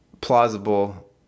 plausible